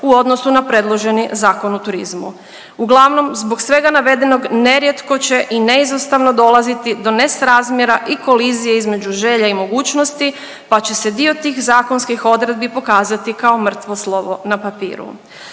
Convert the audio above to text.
u odnosu na predloženi Zakon o turizmu. Uglavnom zbog svega navedenog nerijetko će i neizostavno dolaziti do nesrazmjera i kolizije između želja i mogućnosti, pa će se dio tih zakonskih odredbi pokazati kao mrtvo slovo na papiru.